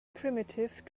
primitive